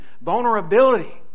vulnerability